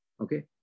Okay